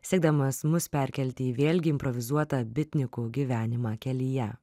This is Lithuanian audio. siekdamas mus perkelti į vėlgi improvizuotą bitnikų gyvenimą kelyje